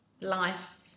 life